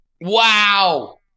Wow